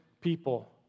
people